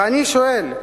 ואני שואל: